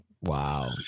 wow